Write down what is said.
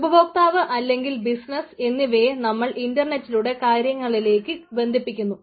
ഉപഭോക്താവ് അല്ലെങ്കിൽ ബിസിനസ് എന്നിവയെ നമ്മൾ ഇൻറർനെറ്റിലൂടെ കാര്യങ്ങളിലേക്ക് ബന്ധിപ്പിക്കുന്നു